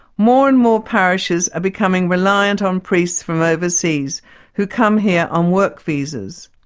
more and more parishes are becoming reliant on priests from overseas who come here on work visas.